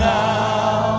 now